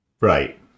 Right